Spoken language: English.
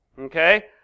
Okay